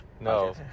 No